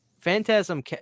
phantasm